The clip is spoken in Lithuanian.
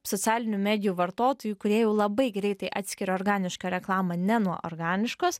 socialinių medijų vartotojų kurie jau labai greitai atskiria organišką reklamą ne nuo organiškos